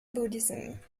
buddhism